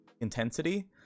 intensity